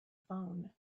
phone